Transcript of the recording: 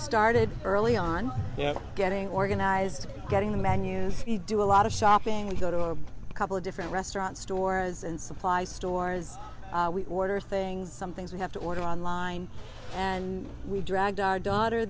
started early on and getting organized getting the menus we do a lot of shopping we go to a couple of different restaurants stores and supply stores we order things some things we have to order online and we dragged a daughter